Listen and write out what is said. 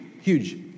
huge